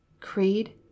Creed